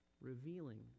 revealing